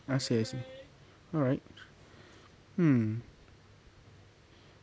I see I see alright hmm